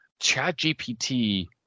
ChatGPT